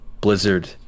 Blizzard